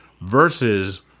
Versus